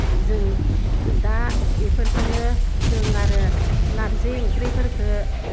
जों दा इफोरखोनो जों आरो नारजि ओंख्रिफोरखो